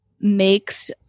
makes